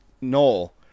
Noel